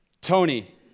Tony